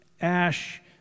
ash